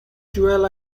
twelve